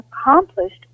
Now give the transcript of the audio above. accomplished